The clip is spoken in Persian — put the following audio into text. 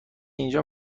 اینجا